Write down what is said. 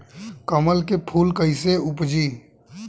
कमल के फूल कईसे उपजी?